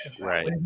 Right